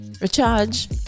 recharge